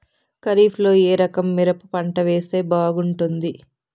ఖరీఫ్ లో ఏ రకము మిరప పంట వేస్తే బాగుంటుంది